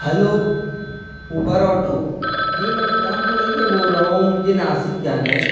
hello Uber auto جی میں اسلام پورے سے بول رہا ہوں مجھے ناسک جانا ہے